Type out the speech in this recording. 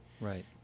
Right